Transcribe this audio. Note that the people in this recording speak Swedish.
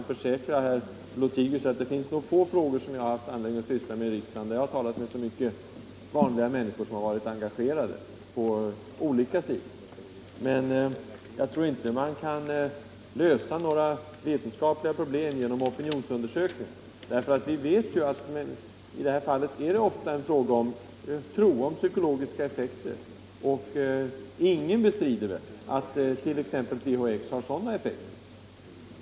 Jag kan försäkra herr Lothigius att det är få frågor som jag har haft anledning att syssla med i riksdagen, där jag har talat med så många vanliga människor som varit engagerade på olika sidor, som i detta fall. Men jag tror inte att man kan lösa några vetenskapliga problem genom opinionsundersökningar. Vi vet ju att i det här fallet är det ofta en fråga om tro, om psykologiska effekter. Ingen bestrider väl att exempelvis THX har sådana effekter.